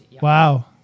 Wow